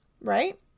right